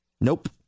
Nope